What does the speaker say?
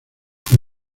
fue